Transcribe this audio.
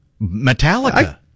Metallica